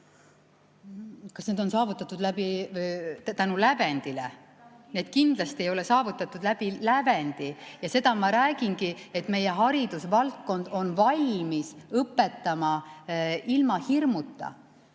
Kas need on saavutatud tänu lävendile? Need kindlasti ei ole saavutatud lävendi kaudu ja seda ma räägingi, et meie haridusvaldkond on valmis õpetama ilma hirmuta.